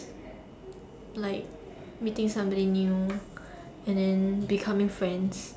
like meeting somebody new and then becoming friends